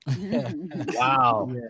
Wow